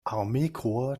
armeekorps